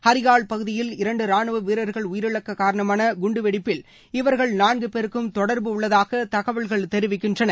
ஹரிஹால் பகுதியில் இரண்டு ரானுவ வீரர்கள் உயிரிழக்க காரணமான குண்டு வெடிப்பில் இவர்கள் நான்கு பேருக்கும் தொடர்பு உள்ளதாக தகவல்கள் தெரிவிக்கின்றன